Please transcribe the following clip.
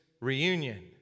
reunion